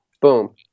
Boom